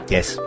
Yes